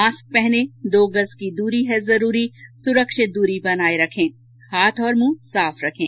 mask पहनें दो गज़ की दूरी है जरूरी सुरक्षित दूरी बनाए रखें हाथ और मुंह साफ रखें